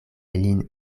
lin